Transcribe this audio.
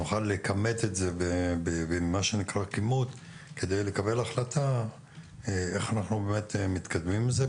שנוכל לכמת את זה כדי לקבל החלטה איך אנחנו מתקדמים עם זה,